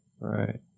Right